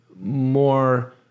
more